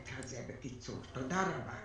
תודה רבה.